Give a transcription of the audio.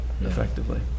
effectively